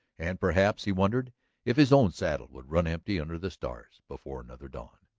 and perhaps he wondered if his own saddle would run empty under the stars before another dawn.